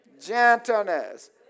Gentleness